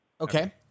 okay